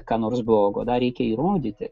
ką nors blogo dar reikia įrodyti